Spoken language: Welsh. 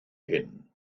hyn